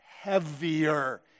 heavier